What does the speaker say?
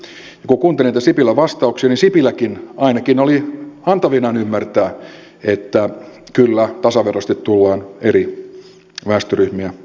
ja kun kuunteli niitä sipilän vastauksia sipiläkin ainakin oli antavinaan ymmärtää että kyllä tasaveroisesti tullaan eri väestöryhmiä kohtelemaan